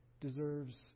deserves